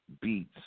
beats